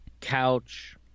couch